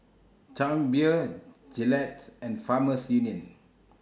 Chang Beer Gillette's and Farmers Union